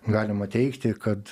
galima teigti kad